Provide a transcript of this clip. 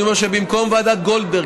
אני אומר שבמקום ועדת גולדברג,